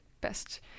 best –